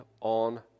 on